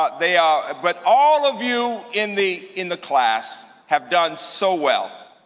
ah they are but all of you in the in the class have done so well.